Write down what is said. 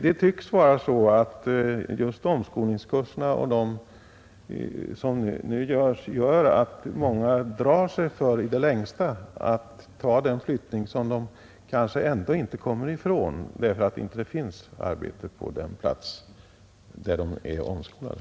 Det tycks vara så att just omskolningskurserna gör att många i det längsta drar sig för den flyttning som de kanske ändå inte kommer ifrån, därför att det inte finns arbete på den plats där de är omskolade.